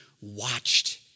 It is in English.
watched